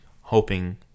Hoping